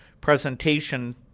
presentation